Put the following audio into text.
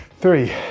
three